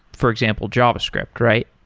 for example, javascript, right?